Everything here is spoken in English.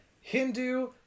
hindu